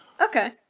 Okay